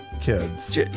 kids